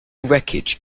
wreckage